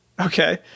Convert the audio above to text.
Okay